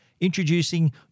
Introducing